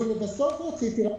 לבסוף, רציתי רק